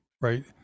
right